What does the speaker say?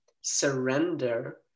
surrender